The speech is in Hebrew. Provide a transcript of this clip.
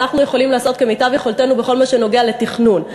אנחנו יכולים לעשות כמיטב יכולתנו בכל מה שנוגע לתכנון,